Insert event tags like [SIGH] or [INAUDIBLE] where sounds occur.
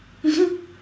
[LAUGHS]